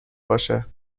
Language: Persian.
باشه